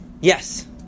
Yes